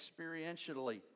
experientially